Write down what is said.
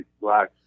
Black